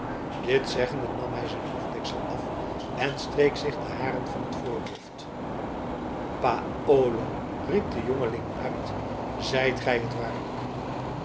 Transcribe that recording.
dit zeggende nam hij zijn hoofddeksel af en streek zich de haren van t voorhoofd paolo riep de jongeling uit zijt gij het waarlijk